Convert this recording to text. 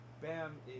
Bam